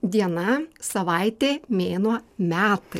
diena savaitė mėnuo metai